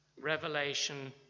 revelation